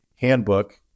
Handbook